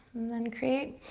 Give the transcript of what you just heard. and then create,